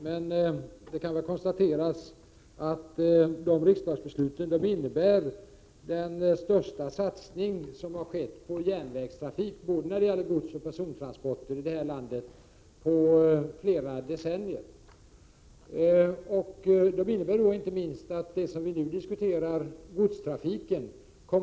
Men det kan väl konstateras att dessa riksdagsbeslut innebär den största satsning som har skett på järnvägs trafik — både när det gäller godstransporter och när det gäller persontranspor = Prot. 1987/ 88:129 ter-i det här landet under flera decennier.